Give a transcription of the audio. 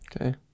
okay